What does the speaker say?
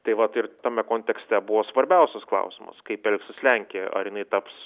tai vat ir tame kontekste buvo svarbiausias klausimas kaip elgsis lenkija ar jinai taps